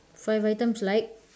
five items like